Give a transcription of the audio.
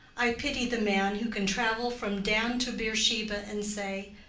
i pity the man who can travel from dan to beersheba, and say,